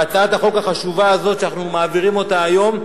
והצעת החוק החשובה הזאת, שאנחנו מעבירים היום,